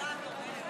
ואני